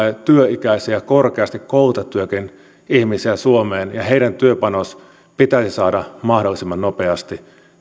työikäisiä korkeasti koulutettujakin ihmisiä suomeen ja heidän työpanoksensa pitäisi saada mahdollisimman nopeasti